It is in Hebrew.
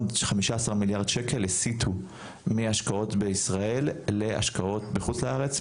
עוד 15 מיליארד שקל הסיטו מהשקעות בישראל להשקעות בחוץ לארץ.